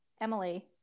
Emily